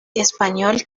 español